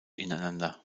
ineinander